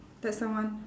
that's the one